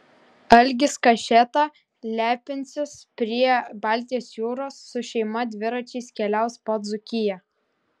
algis kašėta lepinsis prie baltijos jūros su šeima dviračiais keliaus po dzūkiją